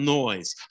noise